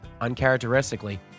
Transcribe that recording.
Uncharacteristically